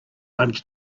lunch